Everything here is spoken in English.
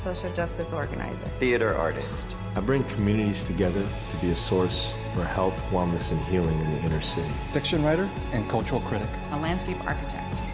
social justice organizer. theater artist. i bring communities together to be a source for health, wellness, and healing in the inner city. fiction writer and cultural critic. a landscape architect.